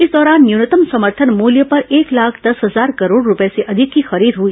इस दौरान न्यूनतम समर्थन मूल्य पर एक लाख दस हजार करोड़ रुपये से अधिक की खरीद हुई